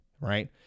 right